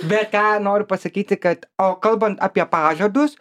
bet tą ir noriu pasakyti kad o kalbant apie pažadus